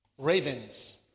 Ravens